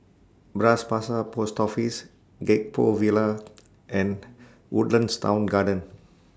Bras Basah Post Office Gek Poh Villa and Woodlands Town Garden